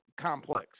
complex